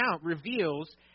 reveals